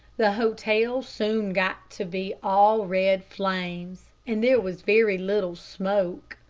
the hotel soon got to be all red flames, and there was very little smoke.